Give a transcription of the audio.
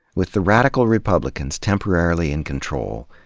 with the radical republicans temporarily in control,